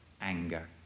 anger